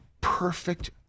perfect